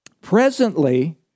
Presently